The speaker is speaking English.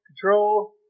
control